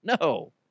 No